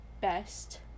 best